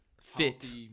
fit